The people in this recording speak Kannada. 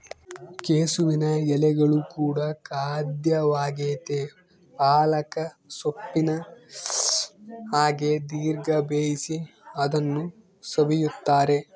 ಕೆಸುವಿನ ಎಲೆಗಳು ಕೂಡ ಖಾದ್ಯವಾಗೆತೇ ಪಾಲಕ್ ಸೊಪ್ಪಿನ ಹಾಗೆ ದೀರ್ಘ ಬೇಯಿಸಿ ಅದನ್ನು ಸವಿಯುತ್ತಾರೆ